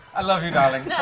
i love you, darling.